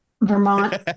Vermont